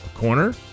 corner